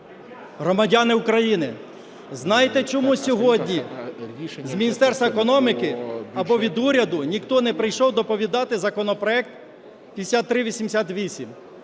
громадяни України! Знаєте, чому сьогодні з Міністерства економіки або від уряду ніхто не прийшов доповідати законопроект 5388?